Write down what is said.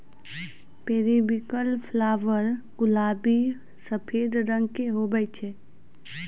periwinkle flower गुलाबी सफेद रंग के हुवै छै